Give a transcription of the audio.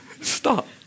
Stop